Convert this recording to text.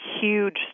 huge